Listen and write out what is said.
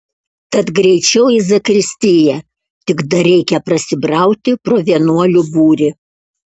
tad greičiau į zakristiją tik dar reikia prasibrauti pro vienuolių būrį